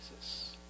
Jesus